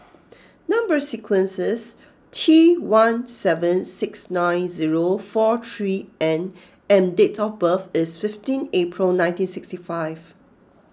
number sequence is T one seven six nine zero four three N and date of birth is fifteen April nineteen sixty five